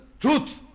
truth